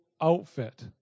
outfit